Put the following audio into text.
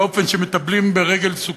באופן שמטפלים ברגל סוכרתית,